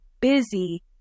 busy